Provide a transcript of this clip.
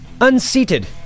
unseated